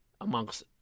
amongst